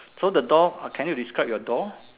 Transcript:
so the door can you describe your door